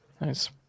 Nice